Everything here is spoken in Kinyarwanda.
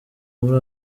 muri